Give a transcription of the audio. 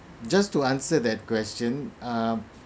just to answer that question uh